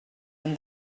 and